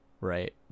Right